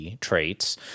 traits